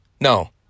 no